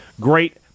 Great